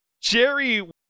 Jerry